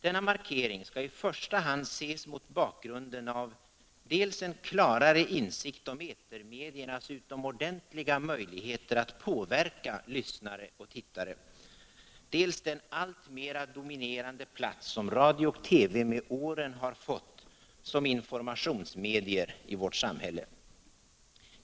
Denna markering skall i första hand ses mot bakgrunden av dels en klarare insikt om etermediernas utomordentliga möjligheter att påverka lyssnare och tittare, dels den alltmer dominerande plats radio och TV med åren fått som informationsmedier i vårt samhälle.